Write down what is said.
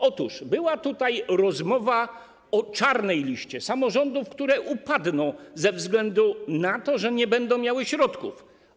Otóż była tutaj rozmowa o czarnej liście samorządów, które upadną ze względu na to, że nie będą miały środków.